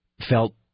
felt